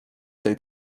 tej